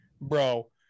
bro